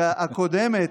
הקודמת,